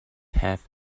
have